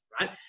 right